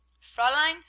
fraulein,